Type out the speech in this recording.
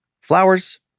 Flowers